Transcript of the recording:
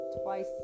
twice